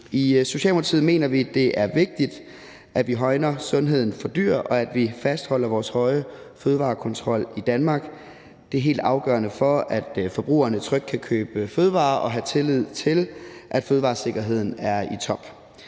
I Socialdemokratiet mener vi, at det er vigtigt, at vi højner sundheden for dyr, og at vi fastholder vores høje fødevarekontrol i Danmark. Det er helt afgørende for, at forbrugerne trygt kan købe fødevarer og have tillid til, at fødevaresikkerheden er i top.